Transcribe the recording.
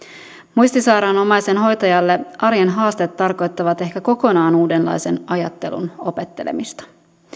muistisairaan omaisen hoitajalle arjen haasteet tarkoittavat ehkä kokonaan uudenlaisen ajattelun opettelemista